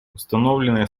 установленные